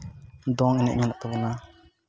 ᱫᱚᱝ ᱮᱱᱮᱡ ᱢᱮᱱᱟᱜ ᱛᱟᱵᱚᱱᱟ